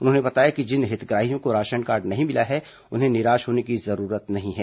उन्होंने बताया कि जिन हितग्राहियों को राशन कार्ड नहीं मिला है उन्हें निराश होने की जरूरत नहीं है